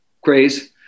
craze